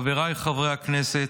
חבריי חברי הכנסת,